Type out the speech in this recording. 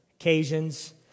occasions